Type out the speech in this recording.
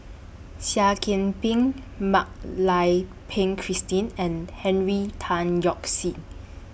Seah Kian Peng Mak Lai Peng Christine and Henry Tan Yoke See